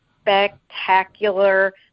spectacular